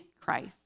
Christ